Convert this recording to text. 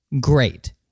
great